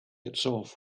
itself